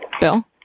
Bill